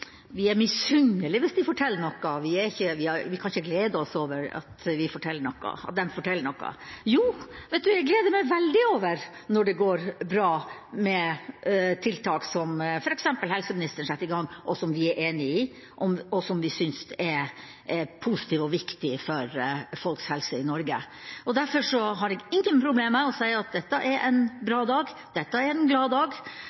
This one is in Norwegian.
vi er misunnelige hvis de får til noe, at vi ikke kan glede oss over at de får til noe. Jo, jeg gleder meg veldig når det går bra med tiltak som f.eks. helseministeren setter i gang, og som vi er enig i, og som vi synes er positive og viktige for folks helse i Norge. Derfor har jeg ingen problemer med å si at dette er en bra dag,